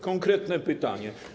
Konkretne pytanie.